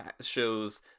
shows